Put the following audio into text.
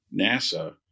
NASA